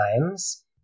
times